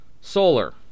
Solar